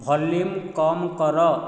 volume କମ୍ କର